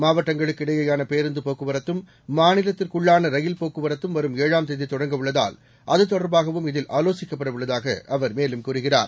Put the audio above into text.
மாவட்டங்களுக்கு இடையேயான பேருந்து போக்குவரத்தும் மாநிலத்திற்குள்ளான ரயில் போக்குவரத்தும் வரும் ஏழாம் தேதி தொடங்க உள்ளதால் அது தொடர்பாகவும் இதில் ஆலோசிக்கப்பட உள்ளதாக அவர் மேலும் கூறுகிறார்